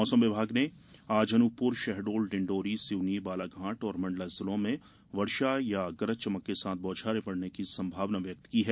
मौसम विभाग ने आज अनूपपुर शहडोल डिण्डौरी सिवनी बालाघाट एवं मण्डला जिलों में वर्षा या गरज चमक के साथ बौछारें पड़ने की संभावना व्यक्त की है